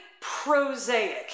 prosaic